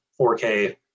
4K